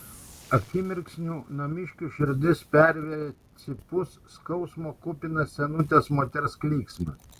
akimirksniu namiškių širdis pervėrė cypus skausmo kupinas senutės moters klyksmas